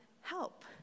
help